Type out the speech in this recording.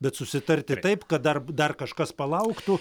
bet susitarti taip kad dar dar kažkas palauktų